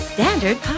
Standard